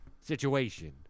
situation